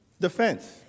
Defense